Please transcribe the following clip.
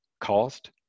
cost